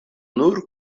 nur